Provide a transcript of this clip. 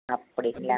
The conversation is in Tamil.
அப்படிங்களா